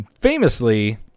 famously